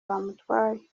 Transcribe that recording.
bamutwaye